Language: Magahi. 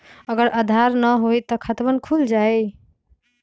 अगर आधार न होई त खातवन खुल जाई?